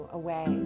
away